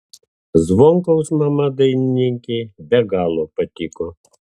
zvonkaus mama dainininkei be galo patiko